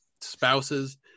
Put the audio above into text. spouses